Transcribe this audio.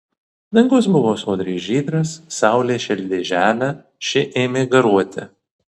dangus buvo sodriai žydras saulė šildė žemę ši ėmė garuoti